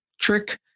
trick